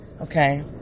Okay